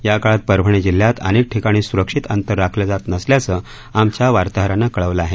या काळात परभणी जिल्हयात अनेक ठिकाणी सुरक्षित अंतर राखलं जात नसल्याचं आमच्या वार्ताहरानं कळवलं आहे